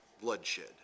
Bloodshed